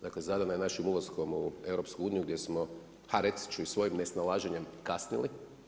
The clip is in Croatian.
Dakle, zadana je našim ulaskom u EU, gdje smo, reći ću svojim nesnalaženjem kasnili.